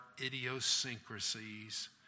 idiosyncrasies